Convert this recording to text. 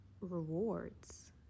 rewards